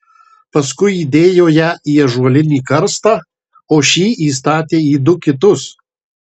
paskui įdėjo ją į ąžuolinį karstą o šį įstatė į du kitus